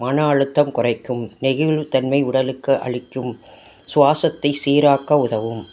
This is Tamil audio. மன அழுத்தம் குறைக்கும் நெகிழ்வுத் தன்மை உடலுக்கு அளிக்கும் சுவாசத்தை சீராக்க உதவும்